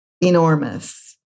enormous